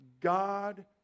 God